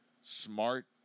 smart